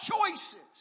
choices